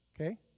Okay